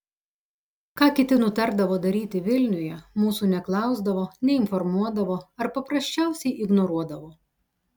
ką kiti nutardavo daryti vilniuje mūsų neklausdavo neinformuodavo ar paprasčiausiai ignoruodavo